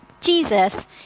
Jesus